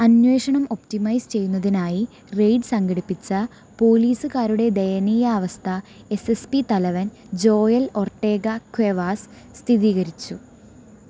അന്വേഷണം ഒപ്റ്റിമൈസ് ചെയ്യുന്നതിനായി റെയ്ഡ് സംഘടിപ്പിച്ച പോലീസുകാരുടെ ദയനീയാവസ്ഥ എസ് എസ് പി തലവൻ ജോയൽ ഒർട്ടേഗ ക്വേവാസ് സ്ഥിതീകരിച്ചു